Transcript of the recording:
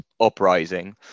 uprising